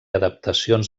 adaptacions